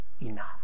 enough